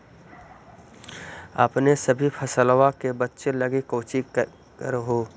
अपने सभी फसलबा के बच्बे लगी कौची कर हो?